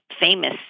famous